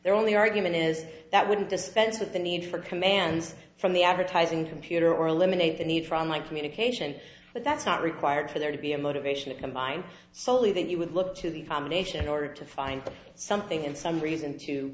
their only argument is that wouldn't dispense with the need for commands from the advertising computer or eliminate the need for online communication but that's not required for there to be a motivation to combine socially that you would look to the farm nation in order to find something in some reason to